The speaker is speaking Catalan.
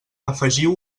afegiu